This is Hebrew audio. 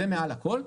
זה מעל הכול,